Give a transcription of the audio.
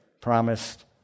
promised